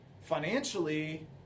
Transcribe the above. Financially